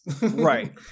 Right